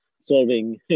solving